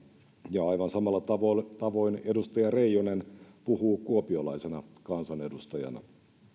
ja aivan samalla tavoin edustaja reijonen puhuu kuopiolaisena kansanedustajana